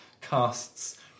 casts